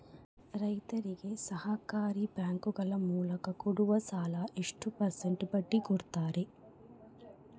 ರೈತರಿಗೆ ಸಹಕಾರಿ ಬ್ಯಾಂಕುಗಳ ಮೂಲಕ ಕೊಡುವ ಸಾಲ ಎಷ್ಟು ಪರ್ಸೆಂಟ್ ಬಡ್ಡಿ ಕೊಡುತ್ತಾರೆ?